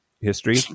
history